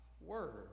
word